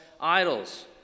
idols